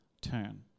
turn